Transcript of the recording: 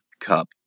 Cup